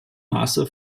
maße